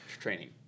training